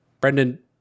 Brendan